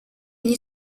gli